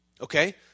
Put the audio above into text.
Okay